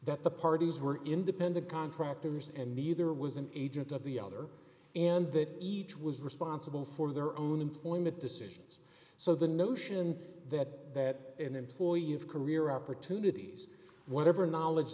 that the parties were independent contractors and neither was an agent of the other and that each was responsible for their own employment decisions so the notion that an employee of career opportunities whatever no knowledge